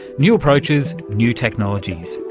new approaches, new technologies,